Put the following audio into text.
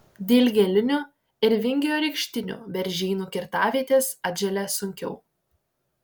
dilgėlinių ir vingiorykštinių beržynų kirtavietės atželia sunkiau